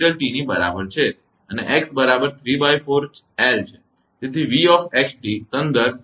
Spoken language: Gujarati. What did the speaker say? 5T ની બરાબર છે અને x બરાબર ¾𝑙 છે